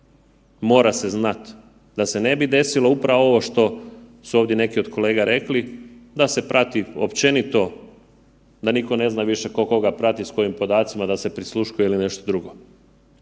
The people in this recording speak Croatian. mora se znat da se ne bi desilo upravo ovo što su ovdje neki od kolega rekli da se prati općenito da niko ne zna više ko koga prati s kojim podacima da se prisluškuje ili nešto drugo.